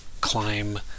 Climb